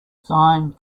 sine